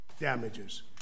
damages